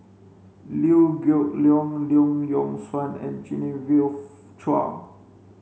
Liew Geok Leong Long Yock Suan and Genevieve Chua